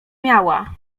miała